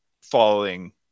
following